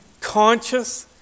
conscious